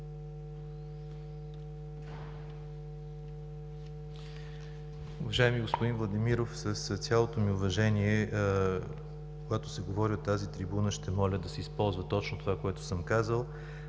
Уважаеми господин Владимиров, с цялото ми уважение, когато се говори от тази трибуна, ще моля да се използва точно това, което съм казал.